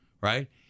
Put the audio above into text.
right